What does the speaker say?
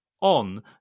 on